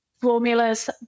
formulas